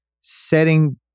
setting